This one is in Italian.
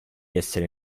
essere